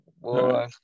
Boy